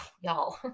y'all